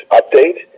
update